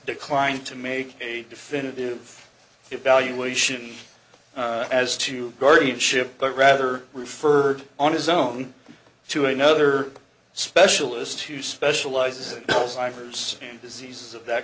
declined to make a definitive evaluation as to guardianship but rather referred on his own to another specialist who specializes in iver's and diseases of that